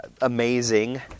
amazing